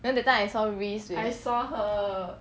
then that time I saw ris with